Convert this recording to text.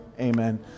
Amen